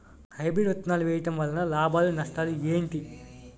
Hybrid విత్తనాలు వేయటం వలన లాభాలు నష్టాలు ఏంటి?